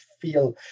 feel